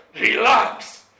Relax